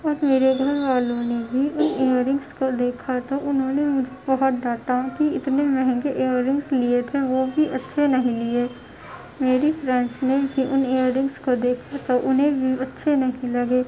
اب میرے گھر والوں نے بھی ان ایر رنگس کو دیکھا تو انہوں نے مجھے بہت ڈانٹا اتنے مہنگے ایر رنگس لیے تھے وہ بھی اچھے نہیں لیے میری فرینڈس نے بھی ان ایر رنگس کو دیکھا تو انہیں بھی اچھے نہیں لگے